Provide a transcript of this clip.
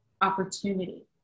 opportunity